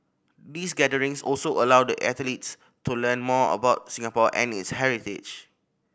these gatherings also allow the athletes to learn more about Singapore and its heritage